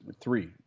three